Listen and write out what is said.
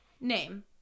name